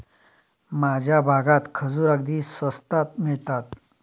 माझ्या भागात खजूर अगदी स्वस्तात मिळतात